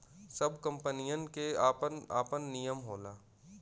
सब कंपनीयन के आपन आपन नियम होला